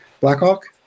Blackhawk